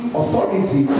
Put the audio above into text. authority